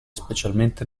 specialmente